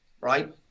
right